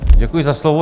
Děkuji za slovo.